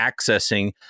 accessing